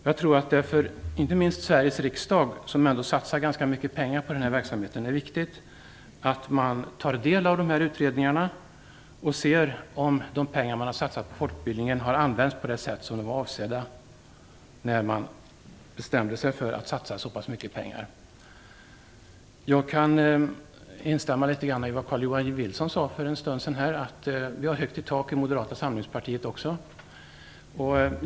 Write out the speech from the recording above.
Jag tror att det inte minst för Sveriges riksdag, som ändå vill satsa ganska mycket pengar på den här verksamheten, är viktigt att man tar del av dessa utredningar och ser om de pengar man har satsat på folkbildningen har använts på det sätt som de var avsedda för när man bestämde sig för att satsa så pass mycket pengar. Jag kan säga på samma sätt som Carl-Johan Wilson gjorde för en stund sedan - vi har högt i tak även i Moderata samlingspartiet.